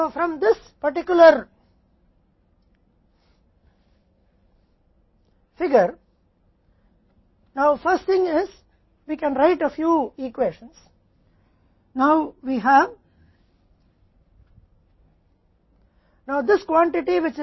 तो पहले हमें अन्य ज्ञात और अज्ञात मात्राओं के संदर्भ में उनमें से बहुत कुछ लिखना होगा